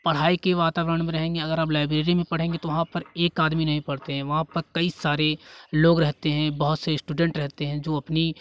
पढ़ाई के वातावरण में रहेंगे अगर आप लाइब्रेरी में पढ़ेंगे तो वहाँ पर एक आदमी नहीं पढ़ते हैं वहाँ पर कई सारे लोग रहते हैं बहुत से स्टूडेंट रहते हैं जो अपनी